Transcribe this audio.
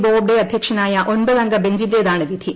ബോബ്ഡെ അധ്യക്ഷനായ ഒമ്പതംഗ ബെഞ്ചിന്റേതാണ് വിധി